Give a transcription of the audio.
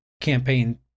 campaign